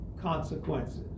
consequences